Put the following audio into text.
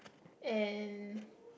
and